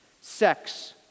Sex